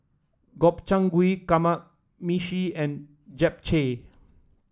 Gobchang Gui Kamameshi and Japchae